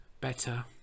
better